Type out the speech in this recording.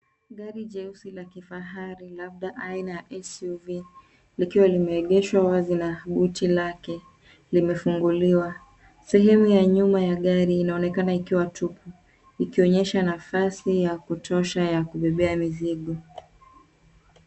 Gari jeusi la kifahari labda aina ya SUV likiwa limeegeshwa wazi na buti lake limefunguliwa. Sehemu ya nyuma ya gari inaonekana tupu ikionyesha nafasi ya kutosha ya kubebea mizigo.